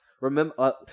remember